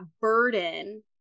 burden